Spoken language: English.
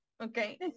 Okay